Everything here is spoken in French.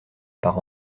par